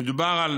מדובר על